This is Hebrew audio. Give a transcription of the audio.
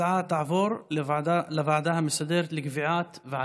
שתקבע הוועדה המסדרת נתקבלה.